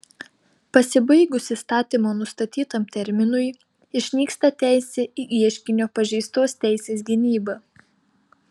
pasibaigus įstatymo nustatytam terminui išnyksta teisė į ieškinio pažeistos teisės gynybą